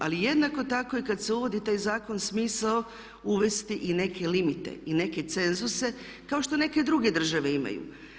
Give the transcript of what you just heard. Ali jednako tako i kad se uvodi taj zakon smisao uvesti i neke limite i neke cenzuse kao što neke druge države imaju.